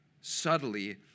subtly